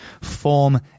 form